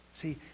See